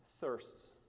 thirsts